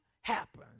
happen